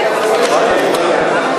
מי מייצג את הממשלה, אדוני היושב-ראש?